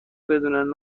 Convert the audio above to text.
بدون